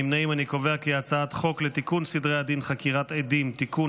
להעביר את הצעת חוק לתיקון סדרי הדין (חקירת עדים) (תיקון,